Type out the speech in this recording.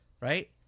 right